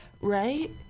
Right